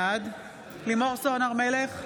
בעד לימור סון הר מלך,